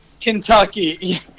kentucky